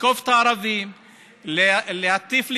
לתקוף את הערבים, להטיף לגזענות.